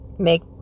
make